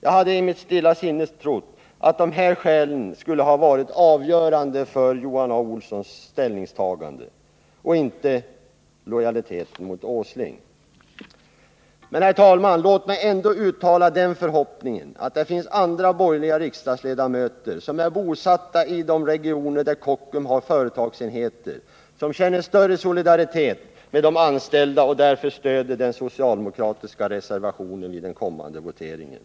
Jag hade i mitt stilla sinne trott att de här skälen skulle ha varit avgörande för Johan A. Olssons ställningstagande — inte lojaliteten mot Åsling. Herr talman! Låt mig ändå uttala den förhoppningen att det finns andra borgerliga riksdagsledamöter som är bosatta i de regioner där Kockums har företagsenheter som känner större solidaritet med de anställda och därför stöder den socialdemokratiska reservationen vid den kommande voteringen.